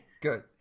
Good